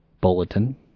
bulletin